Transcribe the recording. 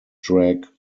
drag